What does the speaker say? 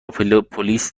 پلیس